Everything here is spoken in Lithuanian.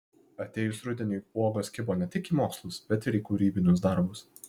atėjus rudeniui uogos kibo ne tik į mokslus bet ir į kūrybinius darbus